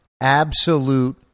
Absolute